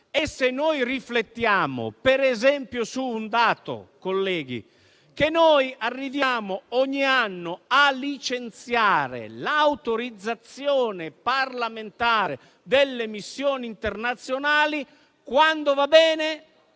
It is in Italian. ai tempi. Riflettiamo, per esempio, sul fatto che noi arriviamo ogni anno a licenziare l'autorizzazione parlamentare delle missioni internazionali - quando va bene